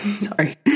Sorry